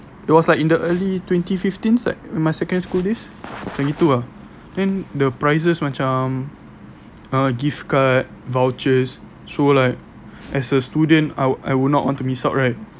it was like in the early twenty fifteen sec- my secondary school days twenty two ah then the prizes macam uh gift card vouchers so like as a student I wou~ I would not want to miss out right